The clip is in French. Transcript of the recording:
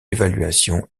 évaluation